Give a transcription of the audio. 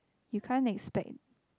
you can't expect